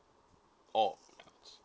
oh